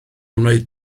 wneud